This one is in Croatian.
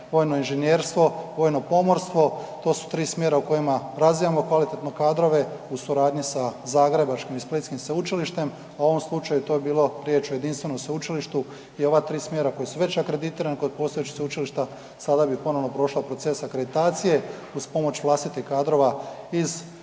vojno inženjerstvo, vojno pomorstvo. To su 3 smjera u kojima razvijamo kvalitetno kadrove u suradnji sa zagrebačkim i splitskim sveučilištem, a u ovom slučaju je to bilo riječ o jedinstvenom sveučilištu i ova 3 smjera koja su već akreditirana kod postojećih sveučilišta, sada bi ponovno prošla proces akreditacije uz pomoć vlastitih kadrova iz,